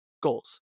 Goals